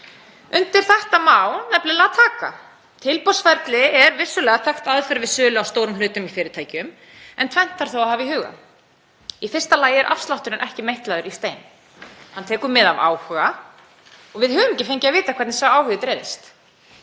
Undir það má nefnilega taka. Tilboðsferli er vissulega þekkt aðferð við sölu á stórum hlutum í fyrirtækjum. En tvennt þarf þá að hafa í huga. Í fyrsta lagi er afslátturinn ekki meitlaður í stein. Hann tekur mið af áhuga og við höfum ekki fengið að vita hvernig sá áhugi dreifðist.